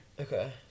Okay